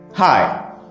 Hi